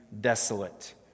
desolate